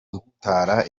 gutara